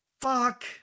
fuck